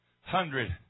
hundred